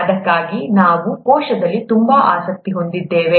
ಅದಕ್ಕಾಗಿಯೇ ನಾವು ಕೋಶದಲ್ಲಿ ತುಂಬಾ ಆಸಕ್ತಿ ಹೊಂದಿದ್ದೇವೆ